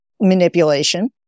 manipulation